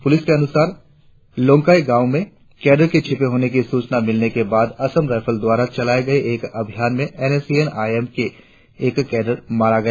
police के अनुसार लोंकाई गाँव में कैडर के छीपे होने की सुचना मिलने के बाद असम राईफल द्वारा चलाये गये एक अभियान में N S C N I M का एक कैडर मारा गया